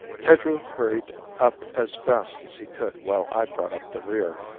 tedrow hurried up as fast as he could while i brought up the rear.